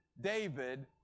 David